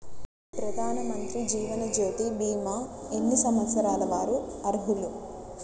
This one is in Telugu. ప్రధానమంత్రి జీవనజ్యోతి భీమా ఎన్ని సంవత్సరాల వారు అర్హులు?